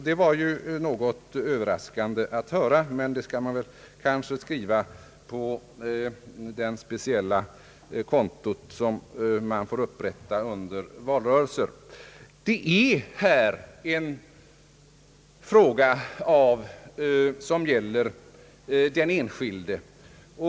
Det var något överraskande, men skall kanske skrivas på det speciella konto som upprättas under valrörelser. Denna fråga gäller den enskilde.